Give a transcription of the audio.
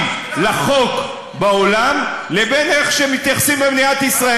לחוק בעולם לבין איך שמתייחסים במדינת ישראל.